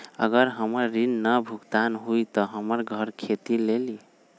अगर हमर ऋण न भुगतान हुई त हमर घर खेती लेली?